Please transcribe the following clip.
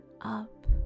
up